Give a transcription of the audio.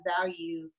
value